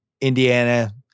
Indiana